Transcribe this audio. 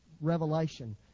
revelation